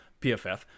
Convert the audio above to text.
PFF